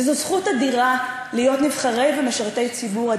וזאת זכות אדירה להיות נבחרי ומשרתי ציבור.